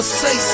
say